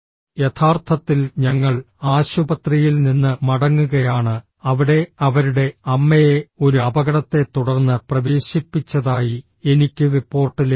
യഥാർത്ഥത്തിൽ ഞങ്ങൾ ആശുപത്രിയിൽ നിന്ന് മടങ്ങുകയാണ് അവിടെ അവരുടെ അമ്മയെ ഒരു അപകടത്തെ തുടർന്ന് പ്രവേശിപ്പിച്ചതായി എനിക്ക് റിപ്പോർട്ട് ലഭിച്ചു